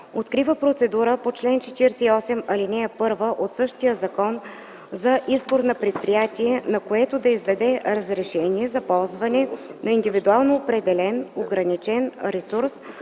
открива процедура по чл. 48, ал. 1 от същия закон за избор на предприятие, на което да издаде разрешение за ползване на индивидуално определен ограничен ресурс